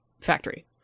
factory